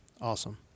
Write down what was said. Awesome